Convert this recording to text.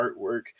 artwork